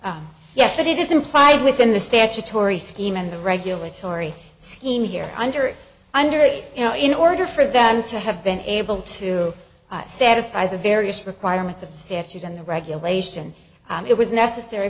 case yes but it is implied within the statutory scheme and the regulatory scheme here under under you know in order for them to have been able to satisfy the various requirements of the statute and the regulation it was necessary